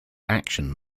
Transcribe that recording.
action